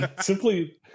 Simply